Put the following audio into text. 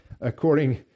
according